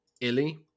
Illy